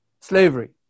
slavery